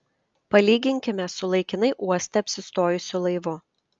palyginkime su laikinai uoste apsistojusiu laivu